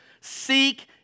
Seek